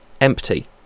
empty